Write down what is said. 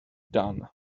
done